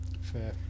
Fair